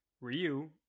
Ryu